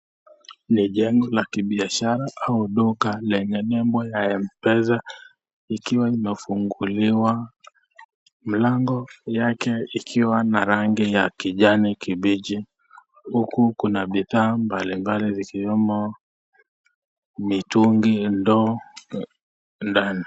Ni jengo la kibiashara au duka lenye nembo la mpesa ikiwa imefunguliwa mlango yake ikiwa na rangi ya kijani kibichi huku kuna bidhaa mbalimbali vikiwemo mitungi, ndoo ndani.